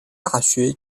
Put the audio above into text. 大学